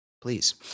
please